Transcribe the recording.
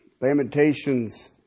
Lamentations